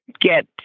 Get